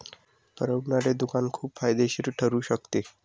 परवडणारे दुकान खूप फायदेशीर ठरू शकते